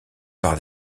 par